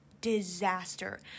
disaster